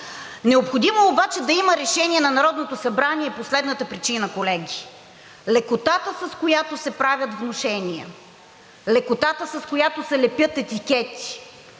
Необходимо е обаче да има решение на Народното събрание по следната причина, колеги – лекотата, с която се правят внушения, лекотата, с която се лепят етикети